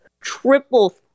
triple